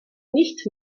nicht